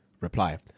Reply